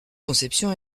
conception